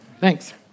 thanks